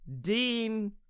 Dean